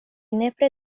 nepre